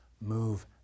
move